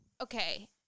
Okay